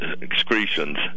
excretions